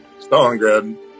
Stalingrad